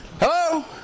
Hello